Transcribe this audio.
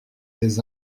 des